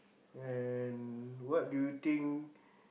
and what do you think